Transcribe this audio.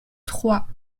trois